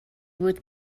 بود